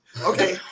Okay